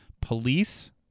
police